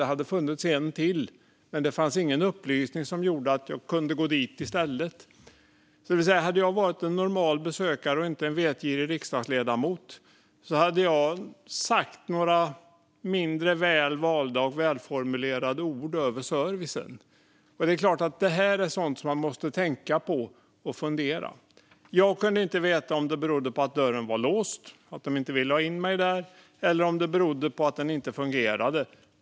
Det fanns en dörr till, men det fanns ingen upplysning om att jag kunde gå dit i stället. Om jag hade varit en normal besökare och inte en vetgirig riksdagsledamot hade jag sagt några mindre väl valda och välformulerade ord om servicen. Sådant här måste man fundera över. Jag kunde inte veta om det berodde på att dörren var låst, på att de inte ville ha in mig eller på att dörren inte fungerade.